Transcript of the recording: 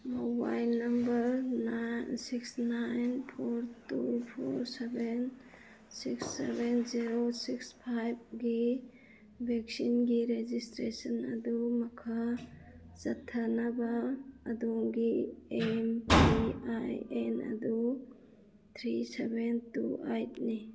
mobile number nine six nine four two four seven six seven zero six ꯐꯥꯏꯚꯀꯤ ꯚꯦꯛꯁꯤꯟꯒꯤ registration ꯑꯗꯨ ꯃꯈꯥ ꯆꯠꯊꯅꯕ ꯑꯗꯣꯝꯒꯤ ꯑꯦꯝ ꯄꯤ ꯑꯥꯏ ꯑꯦꯟ ꯑꯗꯨ ꯊ꯭ꯔꯤ ꯁꯚꯦꯟ ꯇꯨ ꯑꯥꯏꯠꯅꯤ